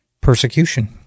persecution